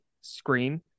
screen